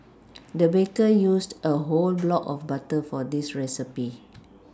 the baker used a whole block of butter for this recipe